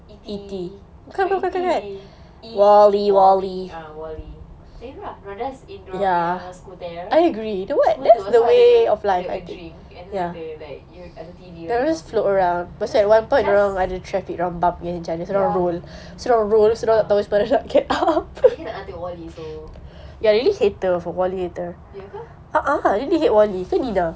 E_T bukan E_T E wall E ah wall E they just in dia punya school air school tour so ada ada a drink and then ada like ada T_V just for just ya ah I should watch wall E ya ke